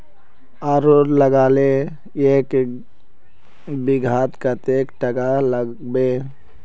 आलूर लगाले एक बिघात कतेक टका लागबे?